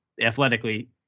athletically